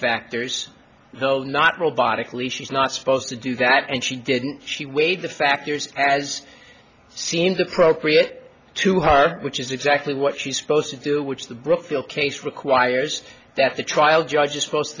factors though not robotically she's not supposed to do that and she didn't she weighed the factors as seemed appropriate to heart which is exactly what she's supposed to do which the brookfield case requires that the trial judge is supposed